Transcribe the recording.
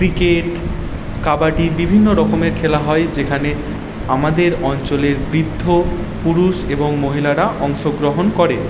cricket kabaddi বিভিন্ন রকমের খেলা হয় যেখানে আমাদের অঞ্চলের বৃদ্ধ পুরুষ এবং মহিলারা অংশগ্রহণ করে